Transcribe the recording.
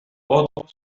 otro